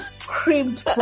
creamed